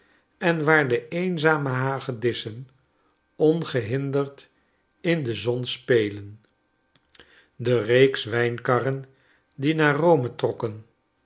en waar de eenzame hagedissen ongehinderd in dezon spelen de reeks wijnkarren die naar rome trokken